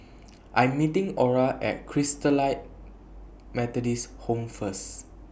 I Am meeting Orah At Christalite Methodist Home First